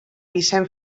vicent